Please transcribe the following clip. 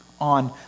on